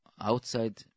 outside